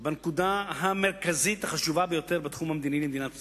הנקודה המרכזית החשובה ביותר בתחום המדיני למדינת ישראל.